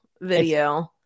video